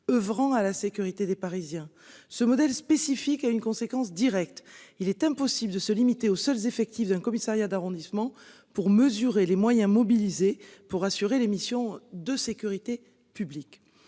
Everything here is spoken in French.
oeuvrant à la sécurité des Parisiens. Ce modèle spécifique a une conséquence directe. Il est impossible de se limiter au seul effective d'un commissariat d'arrondissement pour mesurer les moyens mobilisés pour assurer les missions de sécurité publique.